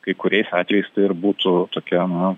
kai kuriais atvejais tai ir būtų tokia na